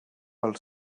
als